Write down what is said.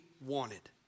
wanted